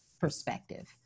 perspective